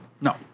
No